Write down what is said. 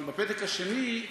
אבל הפתק השני,